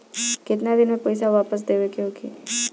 केतना दिन में पैसा वापस देवे के होखी?